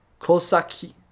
Kosaki